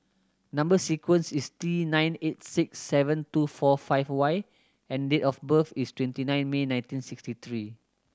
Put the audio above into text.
number sequence is T nine eight six seven two four five Y and date of birth is twenty nine May nineteen sixty three